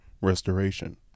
restoration